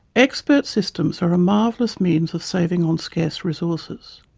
expert systems are ah marvellous means of saving on scarce resources.